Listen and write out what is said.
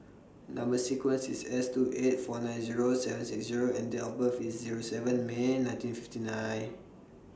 Number sequence IS S two eight four nine Zero seven six Zero and Date of birth IS Zero seven May nineteen fifty nine